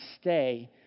stay